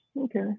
Okay